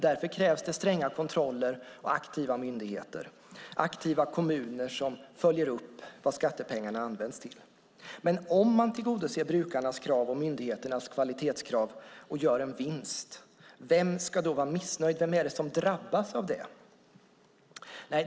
Därför krävs stränga kontroller och aktiva myndigheter och kommuner som följer upp vad skattepengarna används till. Om man tillgodoser brukarnas krav och myndigheternas kvalitetskrav och gör en vinst, vem ska då vara missnöjd? Vem är det som drabbas av det?